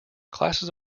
classes